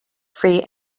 free